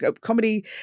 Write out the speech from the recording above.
comedy